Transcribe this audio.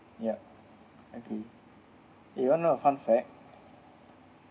yup okay you want to know a fun fact